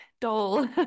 dull